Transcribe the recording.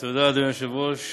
תודה, אדוני היושב-ראש.